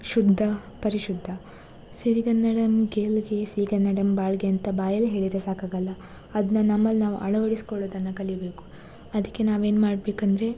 ಶುದ್ಧ ಪರಿಶುದ್ಧ ಸಿರಿಗನ್ನಡಮ್ ಗೆಲ್ಗೆ ಸಿರಿಗನ್ನಡಮ್ ಬಾಳ್ಗೆ ಅಂತ ಬಾಯಲ್ಲಿ ಹೇಳಿದರೆ ಸಾಕಾಗಲ್ಲ ಅದನ್ನು ನಮ್ಮಲ್ಲಿ ನಾವು ಅಳವಡಿಸಿಕೊಳ್ಳೋದನ್ನ ಕಲೀಬೇಕು ಅದಕ್ಕೆ ನಾವೇನು ಮಾಡಬೇಕಂದ್ರೆ